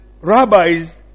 rabbis